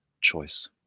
choice